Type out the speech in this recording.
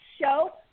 show